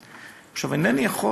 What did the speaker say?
עכשיו, אינני יכול